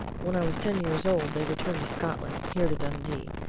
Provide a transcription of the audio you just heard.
when i was ten years old they returned to scotland here to dundee,